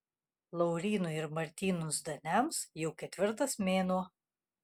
laurynui ir martynui zdaniams jau ketvirtas mėnuo